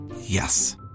Yes